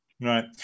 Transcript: Right